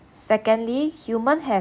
secondly human have